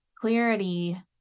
clarity